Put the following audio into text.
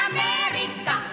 America